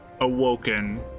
Awoken